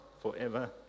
forever